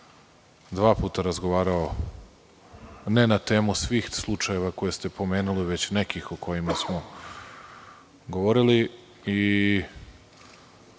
dva puta razgovarao, ne na temu svih slučajeva koje ste pomenuli, već nekih o kojima smo govorili i